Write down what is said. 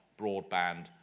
broadband